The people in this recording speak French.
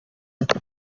haut